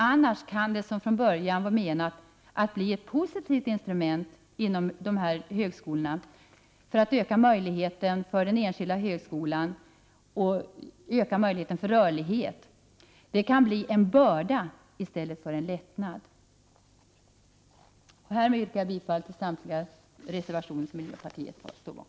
Annars kan det som från början var menat att bli ett positivt instrument för den enskilda högskolan och för att öka möjligheten till rörlighet bli en börda i stället för en lättnad. Jag yrkar bifall till samtliga reservationer som miljöpartiet står bakom.